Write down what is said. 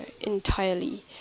entirely